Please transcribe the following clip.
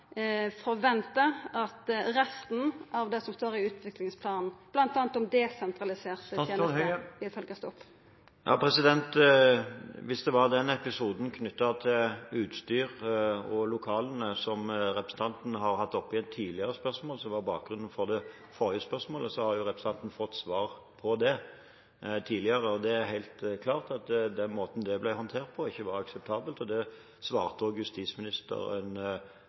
at resten av det som står i utviklingsplanen, bl.a. om desentraliserte tenester, vil verta følgd opp? Hvis det var episoden knyttet til utstyr og lokalene – som representanten har tatt opp i et tidligere spørsmål – som var bakgrunnen for det forrige spørsmålet, har jo representanten fått svar på det tidligere. Det er helt klart at den måten det ble håndtert på, ikke var akseptabelt. Det svarte også justisministeren